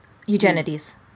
Eugenides